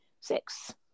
six